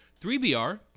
3BR